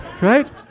Right